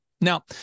Now